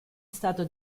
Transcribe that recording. stato